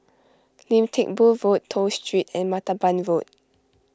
Lim Teck Boo Road Toh Street and Martaban Road